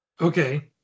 Okay